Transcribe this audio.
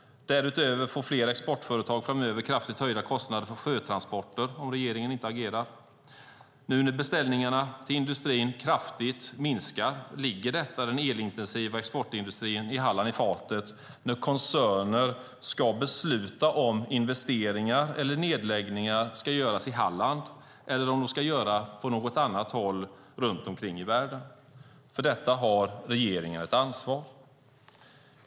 Därutöver får flera exportföretag framöver kraftigt höjda kostnader för sjötransporter om regeringen inte agerar. Nu när beställningarna till industrin kraftigt minskar ligger detta den elintensiva exportindustrin i Halland i fatet när koncerner ska besluta om huruvida investeringar eller nedläggningar ska göras i Halland eller på något annat håll runt omkring i världen. För detta har regeringen ett ansvar.